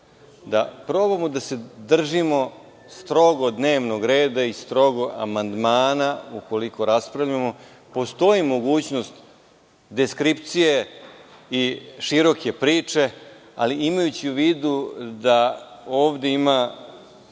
da probamo da se držimo strogo dnevnog reda i strogo amandmana. Ukoliko raspravljamo postoji mogućnost deskripcije i široke priče. Imajući u vidu da ovde ima